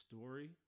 story